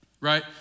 Right